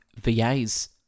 VAs